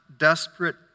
desperate